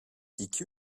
i̇ki